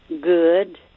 Good